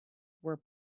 were